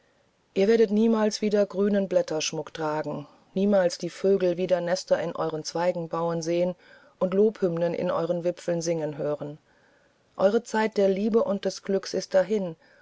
ihr werdet niemals wieder grünen blätterschmuck tragen niemals die vögel wieder nester in euren zweigen bauen sehen und lobhymnen in euren wipfeln singen hören eure zeit der liebe und des glücks ist dahin